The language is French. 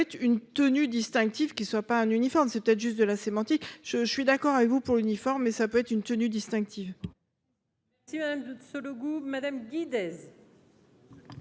une tenue distinctive qui soit pas un uniforme c'était juste de la sémantique, je je suis d'accord avec vous pour uniforme mais ça peut être une tenue distinctive.